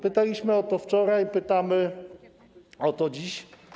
Pytaliśmy o to wczoraj, pytamy o to dziś.